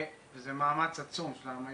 זה מאמץ עצום של העם היהודי.